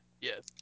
Yes